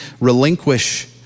relinquish